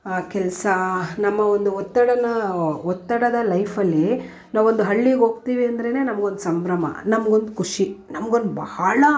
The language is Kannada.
ಕೆಲಸ ನಮ್ಮ ಒಂದು ಒತ್ತಡನ ಒತ್ತಡದ ಲೈಫಲ್ಲಿ ನಾವೊಂದು ಹಳ್ಳಿಗೆ ಹೋಗ್ತೀವಿ ಅಂದರೇನೇ ನಮಗೊಂದು ಸಂಭ್ರಮ ನಮಗೊಂದು ಖುಷಿ ನಮಗೊಂದು ಬಹಳ